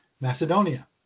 Macedonia